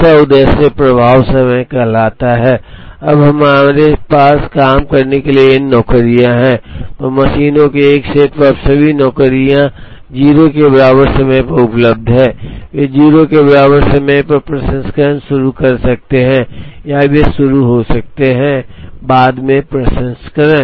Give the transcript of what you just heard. दूसरा उद्देश्य प्रवाह समय कहलाता है अब अगर हमारे पास काम करने के लिए n नौकरियां हैं तो मशीनों के एक सेट पर अब सभी नौकरियां 0 के बराबर समय पर उपलब्ध हैं वे 0 के बराबर समय पर प्रसंस्करण शुरू कर सकते हैं या वे शुरू हो सकते हैं बाद में प्रसंस्करण